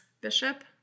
Bishop